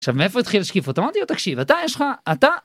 עכשיו מאיפה התחיל לשקיף אוטומטיות תקשיב אתה יש לך אתה.